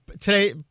today